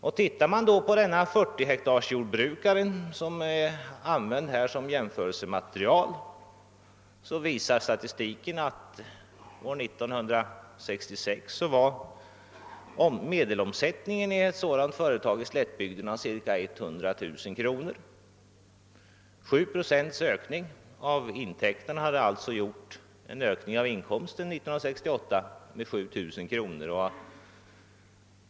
Om man då tar exemplet med deune 40-hektarsjordbrukare, som här använts som jämförelsematerial, visar statistiken att år 1966 var medelomsättningen i ett sådant företag i slättbygderna cirka 100 000 kr. 7 procents ökning av intäkterna skulle alltså ha motsvarat en ökning av omsättningen år 1968 med 7000 kr.